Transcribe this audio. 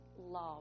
love